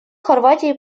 хорватии